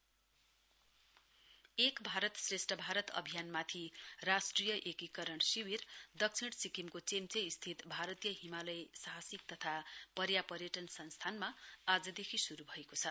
NIC Chemchey एक भारत श्रेष्ठ भारत अभियानमाथि राष्ट्रिय एकीकरण शिविर दक्षिण सिक्किमको चेम्चे स्थित भारतीय हिमालय साहसिक तथा पर्यापर्यटन संस्थानमा आजदेखि श्रु भएको छ